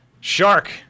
Shark